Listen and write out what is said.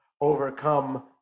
overcome